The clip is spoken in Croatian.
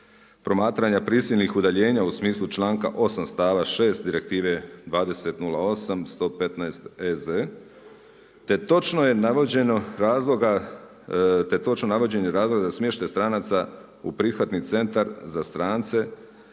promatranja prisilnih udaljena, u smislu članka 8., stava. Direktive 2008//115EZ, te točno je navođeno razloga, te točno navođenje razloga za smještaj stranaca u prihvatni centar za strance